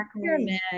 pyramid